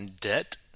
Debt